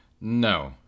No